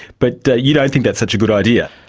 but you don't think that's such a good idea.